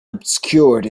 obscured